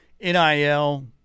NIL